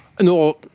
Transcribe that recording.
No